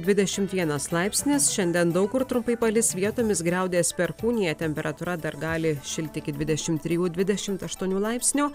dvidešimt vienas laipsnis šiandien daug kur trumpai palis vietomis griaudės perkūnija temperatūra dar gali šilti iki dvidešimt trijų dvidešimt aštuonių laipsnių